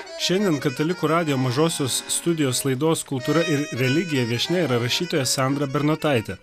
šiandien katalikų radijo mažosios studijos laidos kultūra ir religija viešnia yra rašytoja sandra bernotaitė